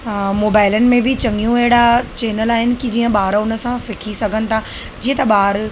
मोबाइलनि में बि चङियूं अहिड़ा चैनल आहिनि की जीअं ॿार उन सां सिखी सघनि था जीअं त ॿार